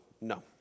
No